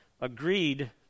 agreed